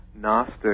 Gnostic